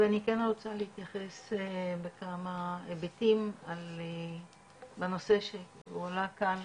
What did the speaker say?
ואני כן רוצה להתייחס לכמה היבטים על הנושא שהועלה כאן.